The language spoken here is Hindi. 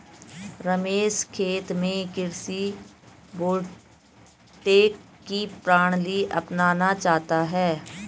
रमेश खेत में कृषि वोल्टेइक की प्रणाली अपनाना चाहता है